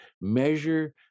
measure